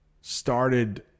started